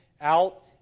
out